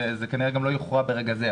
זה כנראה לא יוכרע ברגע זה,